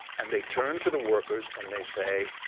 and they turn to the workers and they say,